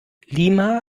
lima